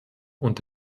und